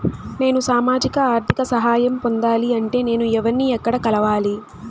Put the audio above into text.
నేను సామాజిక ఆర్థిక సహాయం పొందాలి అంటే నేను ఎవర్ని ఎక్కడ కలవాలి?